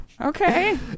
okay